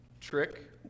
trick